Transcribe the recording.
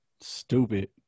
Stupid